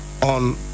on